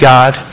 God